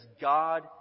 God